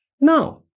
Now